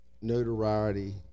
notoriety